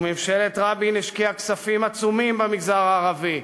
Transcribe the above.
וממשלת רבין השקיעה כספים עצומים במגזר הערבי.